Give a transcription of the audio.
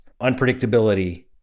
unpredictability